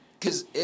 Cause